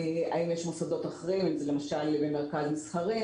האם יש מוסדות אחרים אם זה למשל במרכז מסחרי,